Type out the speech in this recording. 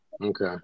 Okay